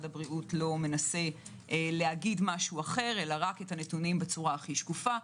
הבריאות לא מנסה לומר משהו אחר אלא רק את הנתונים בצורה הכי שקופה.